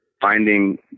finding